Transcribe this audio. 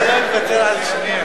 דמיאן הירסט.